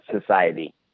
society